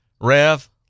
Rev